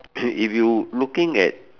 if you looking at